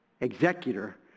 executor